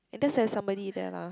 and there's somebody there lah